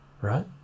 right